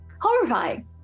Horrifying